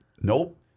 Nope